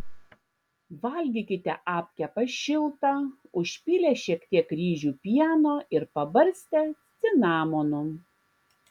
valgykite apkepą šiltą užpylę šiek tiek ryžių pieno ir pabarstę cinamonu